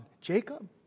Jacob